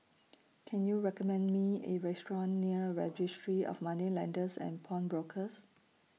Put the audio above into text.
Can YOU recommend Me A Restaurant near Registry of Moneylenders and Pawnbrokers